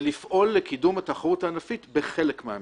ולפעול לקידום התחרות הענפית בחלק מהמקרים.